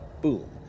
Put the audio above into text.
boom